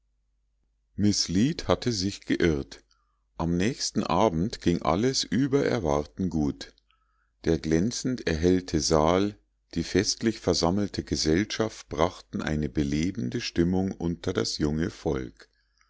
miß lead hatte sich geirrt am nächsten abend ging alles über erwarten gut der glänzend erhellte saal die festlich versammelte gesellschaft brachten eine belebende stimmung unter das junge volk